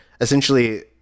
essentially